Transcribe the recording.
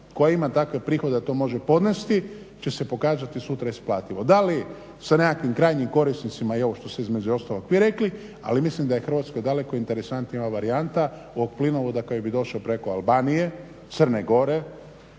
koja ima takve prihode da to može podnesti će se pogađati sutra isplativo. Da li sa nekakvim krajnjim korisnicima i ovo što ste između ostalog vi rekli. Ali mislim da je Hrvatskoj daleko interesantnija ova varijanta ovog plinovoda koji bi došao preko Albanije, Crne Gore